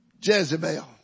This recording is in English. Jezebel